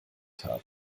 haben